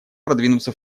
продвинуться